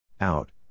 Out